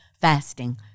fasting